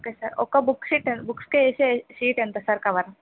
okay sir ఒక్క book sheet బుక్స్కి వేసే షీట్ ఎంత సార్ కవర్